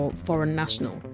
foreign national!